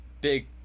big